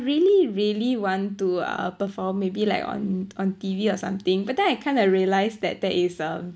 really really want to uh perform maybe like on on T_V or something but then I kind I realise that that is um